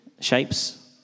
shapes